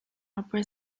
opera